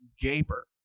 Gaper